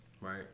right